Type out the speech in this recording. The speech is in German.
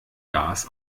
gas